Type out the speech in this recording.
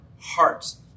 hearts